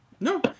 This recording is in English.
No